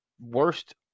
worst